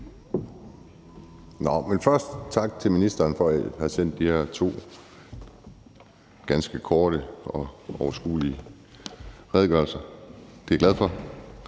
tak til ministeren for at have sendt de her to ganske korte og overskuelige redegørelser. Det er jeg glad for.